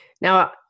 Now